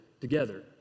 together